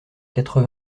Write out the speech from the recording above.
quatre